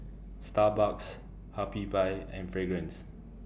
Starbucks Habibie and Fragrance